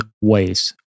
ways